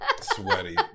sweaty